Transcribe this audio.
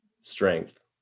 Strength